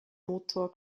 motor